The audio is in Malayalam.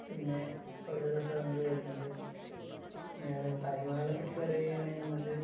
പിന്നെ ഓരോരോ സ്ഥലങ്ങള് വരുന്നുണ്ട് ഞാൻ താജ്മഹാളിനെ പറ്റി പറയുകയാണെങ്കിൽ നമുക്ക്